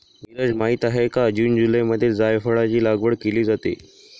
नीरज माहित आहे का जून जुलैमध्ये जायफळाची लागवड केली जाते